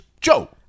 Joe